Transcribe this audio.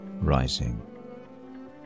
rising